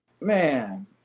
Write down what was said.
Man